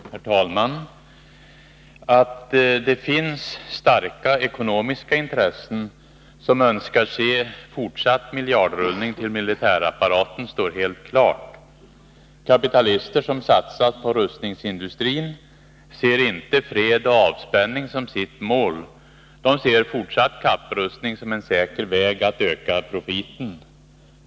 Herr talman! Att det finns starka ekonomiska intressen som önskar se fortsatt miljardrullning till militärapparaten står helt klart. Kapitalister som satsat på rustningsindustrin ser inte fred och avspänning som sitt mål. De ser fortsatt kapprustning som en säker väg att öka profiten.